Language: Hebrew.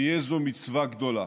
תהיה זו מצווה גדולה.